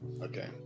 Okay